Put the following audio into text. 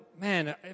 Man